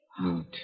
Out